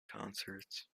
concerts